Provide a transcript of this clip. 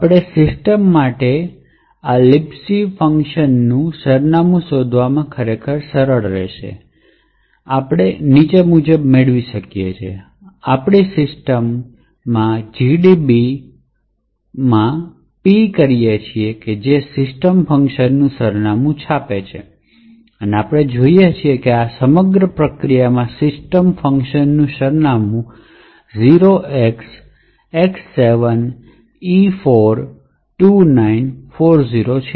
આપણે સિસ્ટમ માટે આ libc ફંક્શનનું સરનામું શોધવામાં ખરેખર રસ છે અને આપણે નીચે મુજબ મેળવી શકીએ છીએ આપણે સિસ્ટમ gdb p કરી શકીએ છીએ જે સિસ્ટમ ફંક્શનનું સરનામું છાપે છે અને આપણે જોઈએ છીએ કે આ સમગ્ર પ્રક્રિયામાં સિસ્ટમ કાર્ય નું સરનામું અહીં 0XX7E42940 છે